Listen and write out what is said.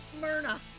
Myrna